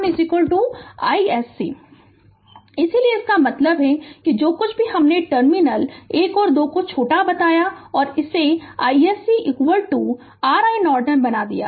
Refer Slide Time 3048 इसलिए इसका मतलब है कि जो कुछ भी हमने टर्मिनल 1 2 को छोटा बताया और इसे iSC r iNorton बना दिया